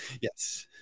Yes